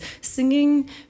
singing